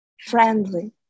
friendly